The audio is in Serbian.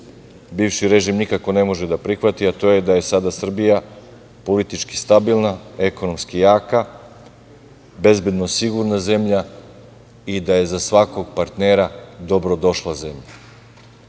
bivši režim nikako ne može da prihvati a to je da je sada Srbija politički stabilna, ekonomski jaka, bezbedno sigurna zemlja i da je za svakog partnera dobro došla zemlja.